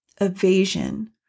evasion